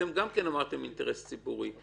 אתם גם כן אמרתם אינטרס ציבורי.